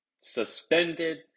suspended